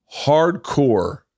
hardcore